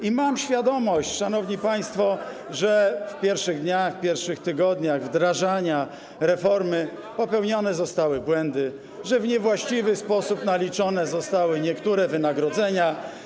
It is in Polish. I mam świadomość, szanowni państwo, że w pierwszych dniach, pierwszych tygodniach wdrażania reformy popełnione zostały błędy, że w niewłaściwy sposób naliczone zostały niektóre wynagrodzenia.